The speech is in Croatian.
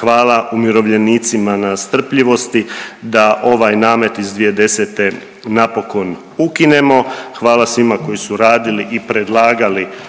hvala umirovljenicima na strpljivosti da ovaj namet iz 2010. napokon ukinemo, hvala svima koji su radili i predlagali